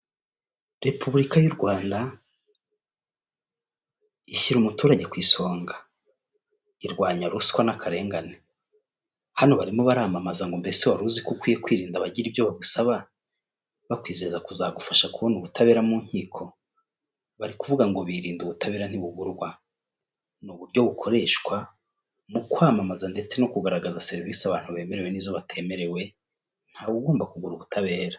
Repubulika y'u rwanda ishyira umuturage ku isonga irwanya ruswa n'akarengane, hano barimo baramamaza ngo mbese wari uziko ukwiye kwirinda abagira ibyo bagusaba bakwizeza kuzagufasha kubona ubutabera mu nkiko bari kuvuga ngo birinde ubutabera ntibugurwa ni uburyo bukoreshwa mu kwamamaza ndetse no kugaragaza serivisi abantu bemerewe nizo batemerewe, ntawe ugomba kugura ubutabera.